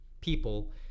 people